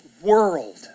world